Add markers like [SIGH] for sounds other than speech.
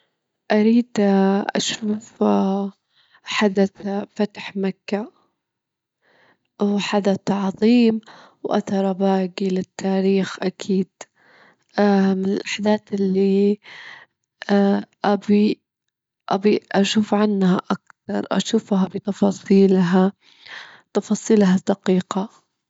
الله يديم علينا حواسنا ويديم علينا صحتنا، فجدان السمع أعتقد إنه أسهل من فجدان البصر يعني، [HESITATION] في الوقت الحالي في أجهزة عشان تجدرين تسمعين حتى لو كنتي فاجدة للسمع يعني، السمع تجدرين تعوضينه [HESITATION] بشكل سهل يعني من الأدوات اللي تساعتش.